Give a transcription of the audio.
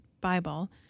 Bible